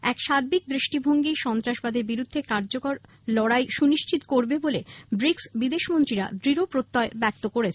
এক সার্বিক দৃষ্টিভঙ্গী সন্ত্রাসবাদের বিরুদ্ধে কার্যকর লড়াই সুনিশ্চিত করবে বলে ব্রিকস্ বিদেশমন্ত্রীরা দৃঢ় প্রত্যয় ব্যক্ত করেছেন